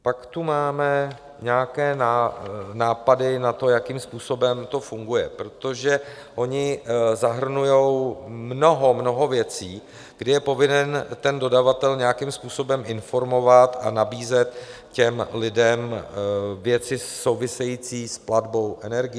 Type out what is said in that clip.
Pak tu máme nějaké nápady na to, jakým způsobem to funguje, protože oni zahrnují mnoho, mnoho věcí, kdy je povinen dodavatel nějakým způsobem informovat a nabízet těm lidem věci související s platbou energií.